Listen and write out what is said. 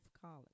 College